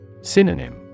Synonym